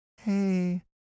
hey